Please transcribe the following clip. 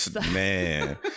Man